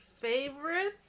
Favorites